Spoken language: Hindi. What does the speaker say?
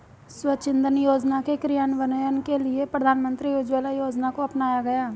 स्वच्छ इंधन योजना के क्रियान्वयन के लिए प्रधानमंत्री उज्ज्वला योजना को अपनाया गया